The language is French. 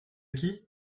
qui